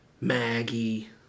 Maggie